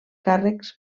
càrrecs